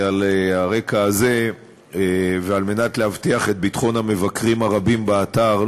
על הרקע הזה ועל מנת להבטיח את ביטחון המבקרים הרבים באתר,